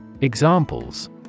Examples